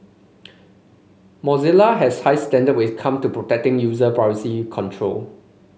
Mozilla has high standard where is come to protecting user privacy control